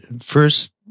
first